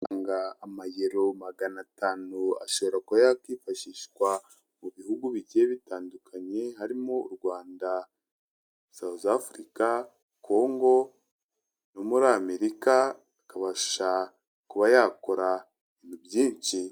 Amayero magana atanu ashobora kuba yakwifashishwa mu bihugu bigiye bitandukanye; harimo u Rwanda, Sawuzafurika, Kongo no muri Amerika, akabasha kuba yakora byinshi.